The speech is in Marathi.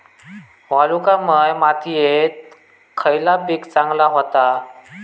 वालुकामय मातयेत खयला पीक चांगला होता?